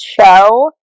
show